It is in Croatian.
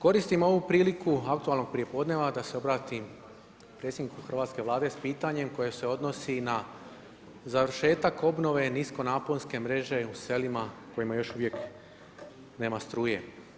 Koristim ovu priliku aktualnog prijepodnevna da se obratim predsjedniku hrvatske Vlade s pitanjem koje se odnosi na završetak obnove niskonaponske mreže u selima kojima još uvijek nema struje.